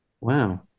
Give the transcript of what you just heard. Wow